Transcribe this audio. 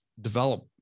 develop